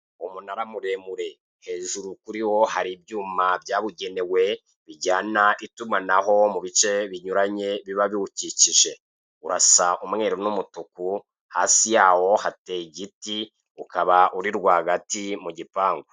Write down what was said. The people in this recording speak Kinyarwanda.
Umunara muremure hajuru kuri wo hari ibyuma byabugenewe bijyana itumanaho mu bice binyuranye biba biwukikije, urasa umweru n'umutuku, hasi yawo hateye igiti, ukaba uri rwagati mu gipangi.